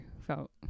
felt